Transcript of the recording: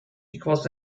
equals